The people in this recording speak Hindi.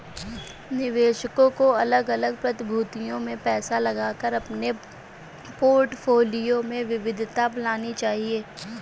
निवेशकों को अलग अलग प्रतिभूतियों में पैसा लगाकर अपने पोर्टफोलियो में विविधता लानी चाहिए